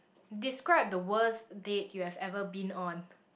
describe the worst date you have ever been on